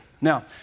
Now